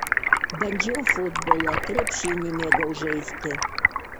bandžiau futbolą krepšinį mėgau žaisti